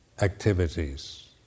activities